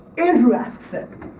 andrew asks it!